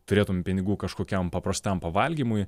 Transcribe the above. turėtum pinigų kažkokiam paprastam pavalgymui